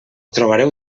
trobareu